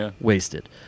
wasted